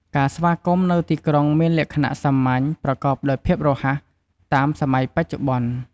ការស្វាគមន៍នៅទីក្រុងមានលក្ខណៈសាមញ្ញ ប្រកបដោយភាពរហ័ស តាមសម័យបច្ចុប្បន្ន។